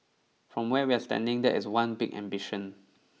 from where we're standing that is one big ambition